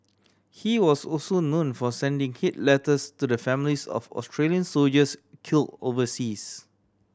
he was also known for sending hate letters to the families of Australian soldiers kill overseas